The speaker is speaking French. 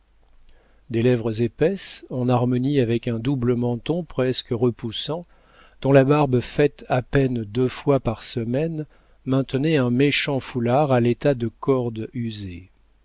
des lèvres épaisses en harmonie avec un double menton presque repoussant dont la barbe faite à peine deux fois par semaine maintenait un méchant foulard à l'état de corde usée